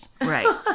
Right